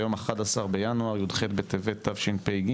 היום ה-11 בינואר, י"ח בטבת התשפ"ג